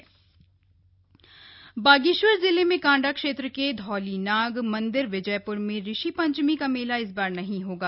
ऋषि पंचमी मेला बागेश्वर जिले में कांडा क्षेत्र के धौलीनाग मंदिर विजयप्र में ऋषि पंचमी का मेला इस बार नहीं होगा